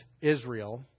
Israel